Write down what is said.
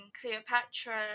Cleopatra